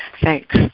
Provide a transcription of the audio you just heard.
thanks